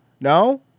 No